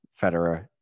Federer